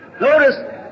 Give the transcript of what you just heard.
Notice